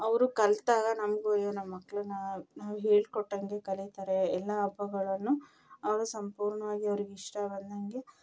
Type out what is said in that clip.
ಅವರು ಕಲಿತಾಗ ನಮಗೂ ಅಯ್ಯೋ ನಮ್ಮ ಮಕ್ಳು ನಾವು ಹೇಳಿಕೊಟ್ಟಂಗೆ ಕಲಿತಾರೆ ಎಲ್ಲ ಹಬ್ಬಗಳನ್ನು ಅವರು ಸಂಪೂರ್ಣವಾಗಿ ಅವರಿಗೆ ಇಷ್ಟ ಬಂದಂಗೆ